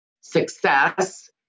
success